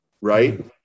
right